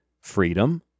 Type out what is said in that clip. Freedom